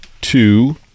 two